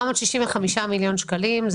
765 מיליון שקלים,